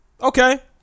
okay